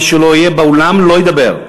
מי שלא יהיה באולם לא ידבר,